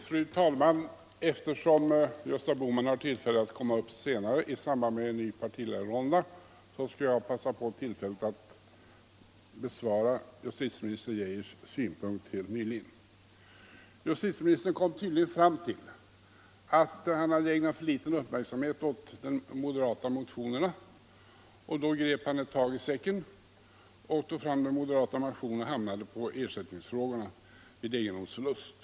Fru talman! Eftersom Gösta Bohman har tillfälle att gå in i debatten senare i samband med en ny partiledarrunda skall jag passa på tillfället att besvara justitieministerns frågor. Justitieministern har tydligen tyckt att han ägnat liten uppmärksamhet åt de moderata motionerna, och när han då tog ett grepp ner i motionssäcken råkade han få tag i den moderata motionen om ersättnings frågorna vid egendomsförlust.